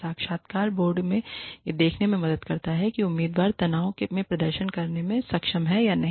यह साक्षात्कार बोर्ड को यह देखने में मदद करता है कि उम्मीदवार तनाव में प्रदर्शन करने में सक्षम है या नहीं